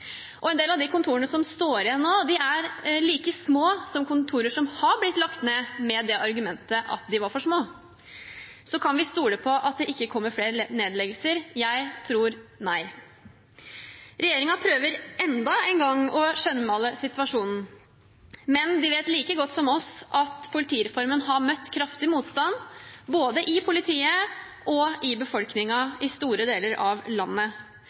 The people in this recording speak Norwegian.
og en del av de kontorene som står igjen nå, er like små som kontorer som har blitt lagt ned med det argumentet at de var for små. Så kan vi stole på at det ikke kommer flere nedleggelser? Jeg tror nei. Regjeringen prøver enda en gang å skjønnmale situasjonen. Men de vet like godt som oss at politireformen har møtt kraftig motstand både i politiet og i befolkningen i store deler av landet.